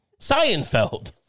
Seinfeld